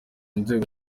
nzego